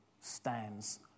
stands